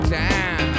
time